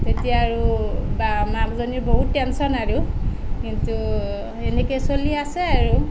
তেতিয়া আৰু বা মাকজনীৰ বহুত টেনচন আৰু কিন্তু এনেকৈ চলি আছে আৰু